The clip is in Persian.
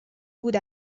بود